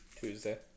Tuesday